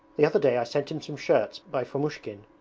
the other day i sent him some shirts by fomushkin.